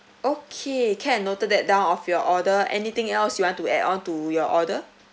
okay can noted that down of your order anything else you want to add on to your order